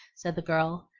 said the girl,